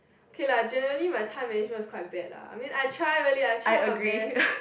K lah generally my time management is quite bad lah I mean I try really I try my best